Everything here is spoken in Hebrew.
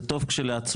זה טוב כשלעצמו,